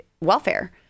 welfare